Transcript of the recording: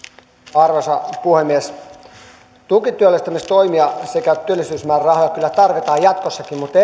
arvoisa puhemies tukityöllistämistoimia sekä työllisyysmäärärahoja kyllä tarvitaan jatkossakin mutta